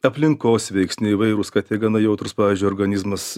aplinkos veiksniai įvairūs kad ir gana jautrūs pavyzdžiui organizmas